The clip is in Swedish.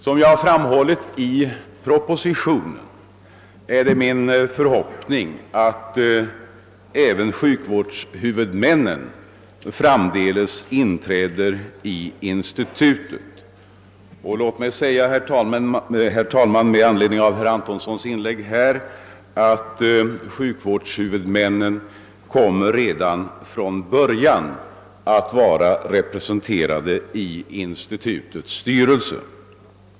Som jag har framhållit i propositionen är det min förhoppning att även sjukvårdshuvudmännen framdeles inträder i institutet. Och låt mig säga, herr talman, med anledning av herr Antonssons inlägg här, att sjukvårdshuvudmännen redan från början kommer att vara representerade i institutets styrelse.